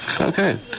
Okay